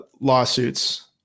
lawsuits